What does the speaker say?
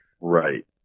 Right